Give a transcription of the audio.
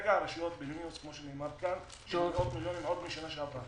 כרגע הרשויות במינוס של מאות מיליונים עוד משנה שעברה.